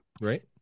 Right